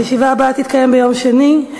הישיבה הבאה תתקיים ביום שני,